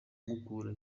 mukura